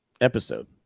episode